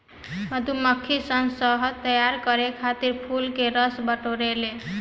मधुमक्खी सन शहद तैयार करे खातिर फूल के रस बटोरे ले